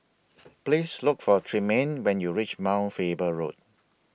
Please Look For Tremaine when YOU REACH Mount Faber Road